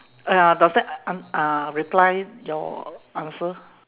!aiya! does that un~ uh reply your answer